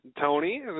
Tony